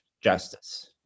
justice